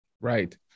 Right